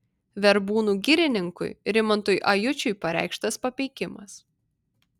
verbūnų girininkui rimantui ajučiui pareikštas papeikimas